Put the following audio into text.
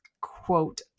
quote